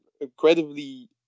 incredibly